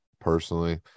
personally